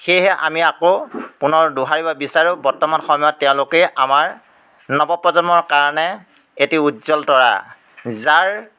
সেয়েহে আমি আকৌ পুনৰ দুহাৰিব বিচাৰোঁ বৰ্তমান সময়ত তেওঁলোকেই আমাৰ নৱপ্ৰজন্মৰ কাৰণে এটি উজ্জ্বল তৰা যাৰ